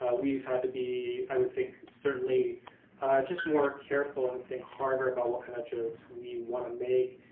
we've had to be, i would think, certainly just more careful, and think harder about what kind of jokes we want to make,